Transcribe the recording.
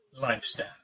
lifestyle